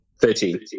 Thirteen